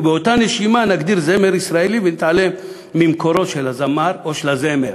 ובאותה נשימה נגדיר "זמר ישראלי" ונתעלם ממקורו של הזַמר או של הזֶמר,